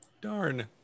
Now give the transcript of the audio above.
Darn